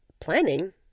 planning